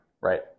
right